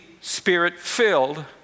spirit-filled